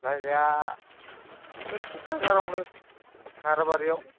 जायगाया बे क'क्राझारावनो नाराबारियाव